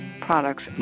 products